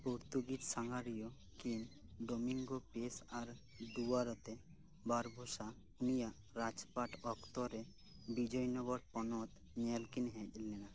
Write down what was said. ᱯᱳᱨᱛᱩᱜᱤᱡ ᱥᱟᱸᱜᱷᱟᱨᱤᱭᱟᱹ ᱠᱤᱱ ᱰᱳᱢᱤᱝᱜᱳ ᱯᱮᱥ ᱟᱨ ᱰᱩᱣᱟᱨᱟᱛᱮ ᱵᱟᱨᱵᱷᱩᱥᱟ ᱩᱱᱤᱭᱟᱜ ᱨᱟᱡᱯᱟᱴ ᱚᱠᱛᱚ ᱨᱮ ᱵᱤᱡᱚᱭᱱᱚᱜᱚᱨ ᱯᱚᱱᱚᱛ ᱧᱮᱞ ᱠᱤᱱ ᱦᱮᱡ ᱞᱮᱱᱟ